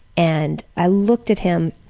and i looked at him